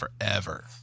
forever